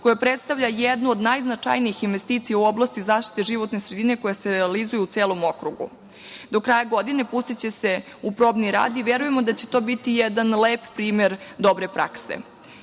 koja predstavlja jednu od najznačajnijih investicija u oblasti zaštite životne sredine koja se realizuje u celom okrugu. Do kraja godine pustiće se u probni rad i verujemo da će to biti jedan lep primer dobre prakse. Pred